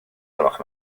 gwelwch